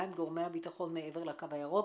עם גורמי הביטחון מעבר לקו הירוק.